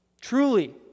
Truly